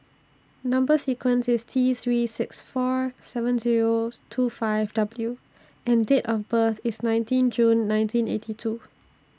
Number sequence IS T three six four seven zeros two five W and Date of birth IS nineteen June nineteen eighty two